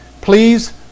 please